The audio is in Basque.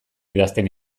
idazten